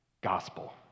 gospel